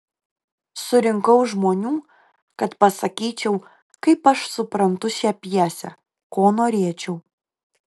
surinkau žmonių kad pasakyčiau kaip aš suprantu šią pjesę ko norėčiau